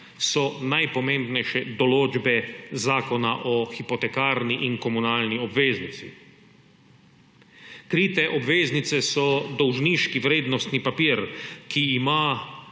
so najpomembnejše določbe zakona o hipotekarni in komunalni obveznici. Krite obveznice so dolžniški vrednostni papir, ki ima